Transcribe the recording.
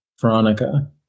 Veronica